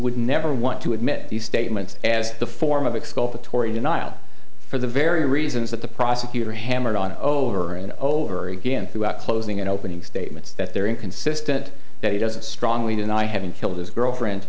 would never want to admit these statements as the form of exculpatory denial for the very reasons that the prosecutor hammered on over and over again throughout closing and opening statements that they're inconsistent that he doesn't strongly deny having killed his girlfriend